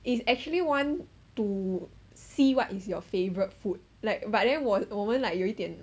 it's actually want to see what is your favourite food like but then 我我们 like 有一点